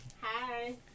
Hi